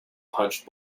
punch